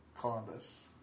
Columbus